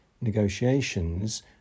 negotiations